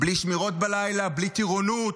בלי שמירות בלילה, בלי טירונות,